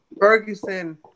Ferguson